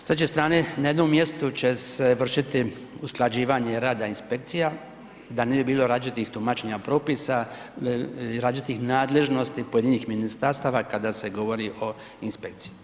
S treće strane, na jednom mjestu će se vršiti usklađivanje rada inspekcija da ne bi bilo različitih tumačenja propisa, različitih nadležnosti pojedinih ministarstava kada se govori o inspekciji.